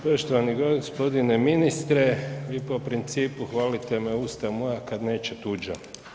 Poštovani gospodine ministre i po principu „hvalite me usta moja kada neće tuđa“